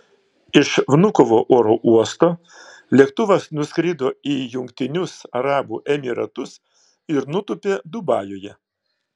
iš vnukovo oro uosto lėktuvas nuskrido į jungtinius arabų emyratus ir nutūpė dubajuje